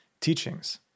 teachings